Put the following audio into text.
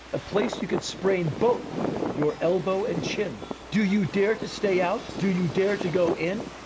a place you could sprain both your elbow and chin! do you dare to stay out? do you dare to go in?